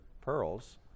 pearls